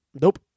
Nope